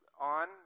on